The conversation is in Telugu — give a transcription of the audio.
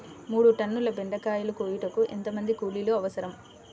మూడు టన్నుల బెండకాయలు కోయుటకు ఎంత మంది కూలీలు అవసరం?